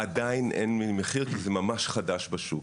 עדיין אין לי מחיר, כי זה ממש חדש בשוק.